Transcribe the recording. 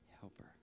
helper